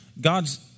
God's